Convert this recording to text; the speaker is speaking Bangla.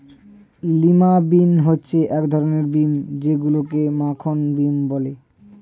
লিমা বিন হচ্ছে এক ধরনের বিন যেইগুলোকে মাখন বিন বলে